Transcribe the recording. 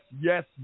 yes